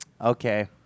Okay